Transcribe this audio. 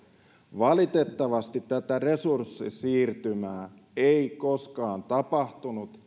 valitettavasti tätä resurssisiirtymää ei koskaan tapahtunut